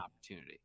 opportunity